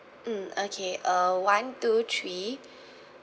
mm okay uh one two three